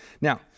Now